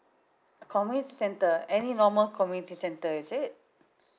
community centre any normal community centre is it